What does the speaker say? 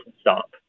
stop